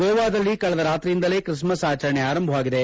ಗೋವಾದಲ್ಲಿ ಕಳೆದ ರಾತ್ರಿಯಿಂದಲೇ ಕ್ರಿಸ್ಮಸ್ ಆಚರಣೆ ಆರಂಭವಾಗಿದೆ